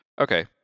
Okay